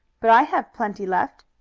but i have plenty left.